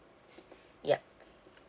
yup